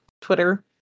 Twitter